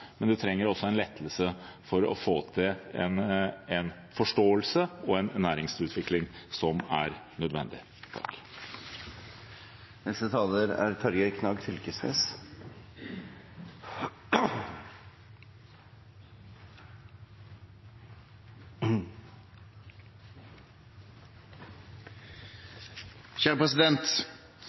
for å få til en forståelse og en næringsutvikling som er nødvendig.